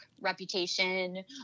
reputation